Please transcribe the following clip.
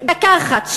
דקה אחת,